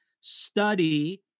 study